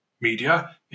media